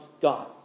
God